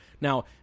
Now